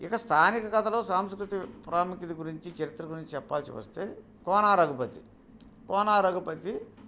ఇక స్థానిక కథలు సాంస్కృతి ప్రాముఖ్యత గురించి చరిత్ర గురించి చెప్పవలసి వస్తే కోనా రఘుపతి కోనా రఘుపతి